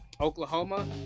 Oklahoma